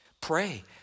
Pray